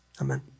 Amen